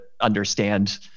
understand